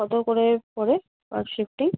কতো করে পড়ে পার সিফটে